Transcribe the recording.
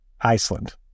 Iceland